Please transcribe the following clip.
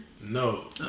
No